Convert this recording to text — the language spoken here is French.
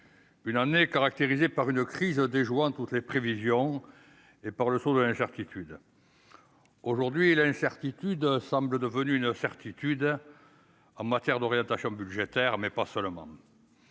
une année caractérisée par une crise, déjouant toutes les prévisions et par le sceau de l'incertitude aujourd'hui la certitude semble devenue une certitude en matière d'orientation budgétaire, mais pas seulement,